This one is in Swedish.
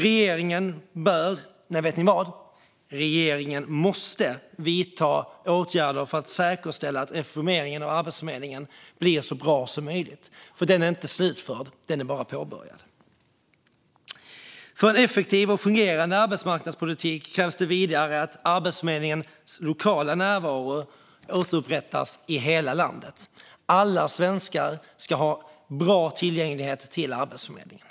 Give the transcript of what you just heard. Regeringen bör, eller nej, regeringen måste vidta åtgärder för att säkerställa att reformeringen av Arbetsförmedlingen blir så bra som möjligt, för den är inte slutförd, bara påbörjad. För en effektiv och fungerande arbetsmarknadspolitik krävs vidare att Arbetsförmedlingens lokala närvaro återupprättas i hela landet. Alla svenskar ska ha bra tillgång till Arbetsförmedlingen.